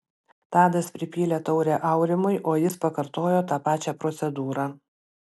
tadas pripylė taurę aurimui o jis pakartojo tą pačią procedūrą